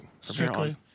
strictly